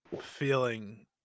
feeling